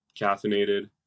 caffeinated